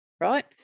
right